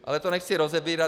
Ale to nechci rozebírat.